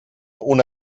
una